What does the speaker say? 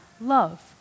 love